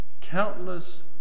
countless